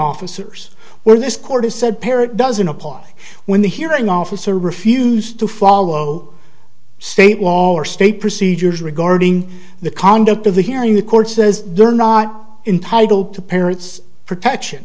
officers where this court is said parent doesn't apply when the hearing officer refused to follow state law or state procedures regarding the conduct of the hearing the court says they're not entitled to parents protection